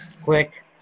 quick